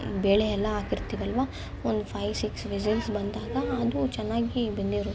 ಬೇಳೆಯೆಲ್ಲ ಹಾಕಿರ್ತೀವಲ್ವ ಒಂದು five six whistles ಬಂದಾಗ ಅದು ಚೆನ್ನಾಗಿ ಬೆಂದಿರುತ್ತೆ